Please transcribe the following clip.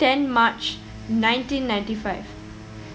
ten March nineteen ninety five